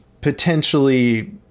potentially